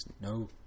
No